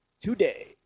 today